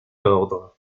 ordres